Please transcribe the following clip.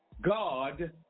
God